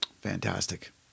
Fantastic